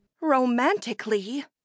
Romantically